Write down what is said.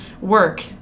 work